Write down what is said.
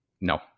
no